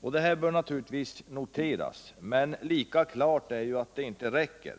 Detta bör naturligtvis noteras, men lika klart är att det inte räcker.